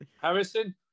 Harrison